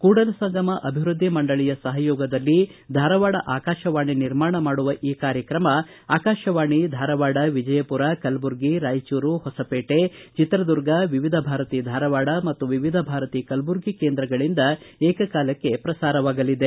ಕೂಡಲ ಸಂಗಮ ಅಭಿವ್ವದ್ದಿ ಮಂಡಳಿಯ ಸಹಯೋಗದಲ್ಲಿ ಧಾರವಾಡ ಆಕಾಶವಾಣಿ ನಿರ್ಮಾಣ ಮಾಡುವ ಈ ಕಾರ್ಯಕ್ರಮ ಆಕಾಶವಾಣಿ ಧಾರವಾಡ ವಿಜಯಪುರ ಕಲಬುರ್ಗಿ ರಾಯಚೂರು ಹೊಸಪೇಟೆ ಚಿತ್ರದುರ್ಗ ವಿವಿಧ ಭಾರತಿ ಧಾರವಾಡ ಮತ್ತು ವಿವಿಧ ಭಾರತಿ ಕಲಬುರ್ಗಿ ಕೇಂದ್ರಗಳಿಂದ ಏಕಕಾಲಕ್ಷೆ ಪ್ರಸಾರವಾಗಲಿದೆ